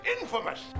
infamous